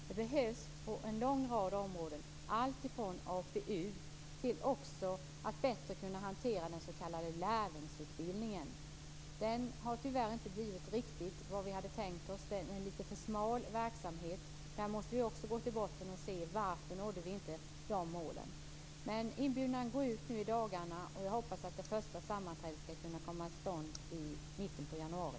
Det behövs på en lång rad områden, alltifrån APU till att bättre kunna hantera den s.k. lärlingsutbildningen. Denna har tyvärr inte blivit riktigt vad vi hade tänkt oss. Det är en lite för smal verksamhet. Här måste vi också gå till botten och se varför vi inte nådde målen. Denna inbjudan går ut nu i dagarna, och jag hoppas att det första sammanträdet skall kunna komma till stånd i mitten av januari.